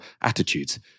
attitudes